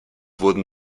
wurden